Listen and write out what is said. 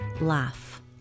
laugh